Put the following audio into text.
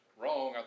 wrong